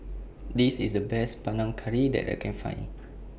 This IS The Best Panang Curry that I Can Find